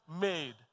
made